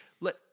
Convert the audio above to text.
let